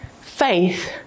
Faith